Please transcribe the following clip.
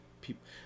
people